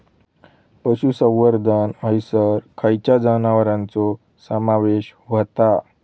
पशुसंवर्धन हैसर खैयच्या जनावरांचो समावेश व्हता?